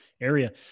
area